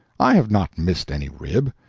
i have not missed any rib.